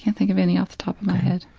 think of any off the top of my head.